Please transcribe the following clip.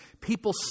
people